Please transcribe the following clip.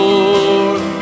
Lord